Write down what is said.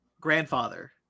grandfather